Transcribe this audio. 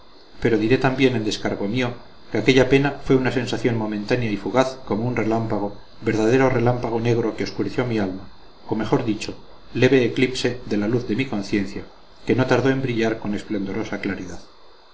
pero diré también en descargo mío que aquella pena fue una sensación momentánea y fugaz como un relámpago verdadero relámpago negro que obscureció mi alma o mejor dicho leve eclipse de la luz de mi conciencia que no tardó en brillar con esplendorosa claridad